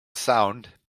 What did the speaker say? sound